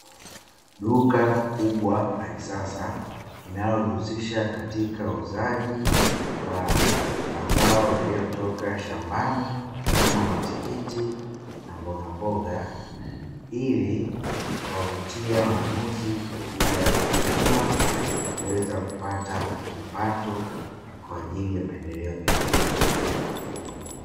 Duka kubwa la kisasa linalojihusisha katika uuzaji wa mazao yaliyotoka shambani kama matikiti na mbogamboga, ili kuwavutia wanunuzi kuja kununua na kuweza kupata kipato kwa ajili ya maendeleo mengine.